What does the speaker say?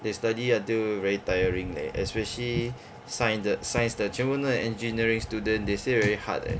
they study until very tiring leh especially science 的 science 的全部那个 engineering student they say very hard leh